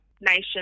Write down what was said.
nation